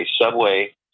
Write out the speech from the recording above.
Subway